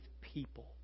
people